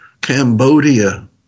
Cambodia